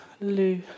Lou